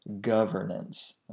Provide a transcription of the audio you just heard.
governance